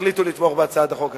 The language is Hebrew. תחליטו לתמוך בהצעת החוק הזאת.